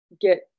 get